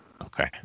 Okay